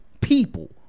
people